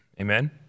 Amen